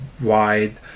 wide